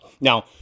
Now